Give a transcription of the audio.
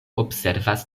observas